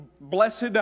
blessed